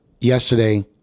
Yesterday